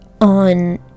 on